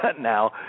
now